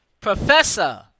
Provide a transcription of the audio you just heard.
professor